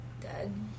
dead